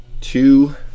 two